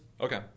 Okay